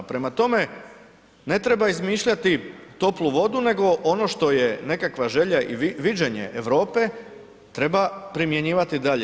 Prema tome, ne treba izmišljati toplu vodu, nego ono što je nekakva želja i viđenje Europe treba primjenjivati dalje.